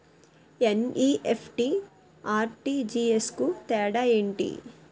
NEFT, RTGS కు తేడా ఏంటి?